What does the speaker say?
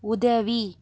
உதவி